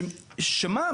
שמה,